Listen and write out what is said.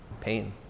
pain